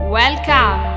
welcome